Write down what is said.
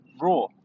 raw